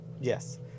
Yes